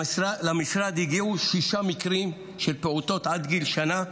למשרד הגיעו שישה מקרים של פעוטות עד גיל שנה,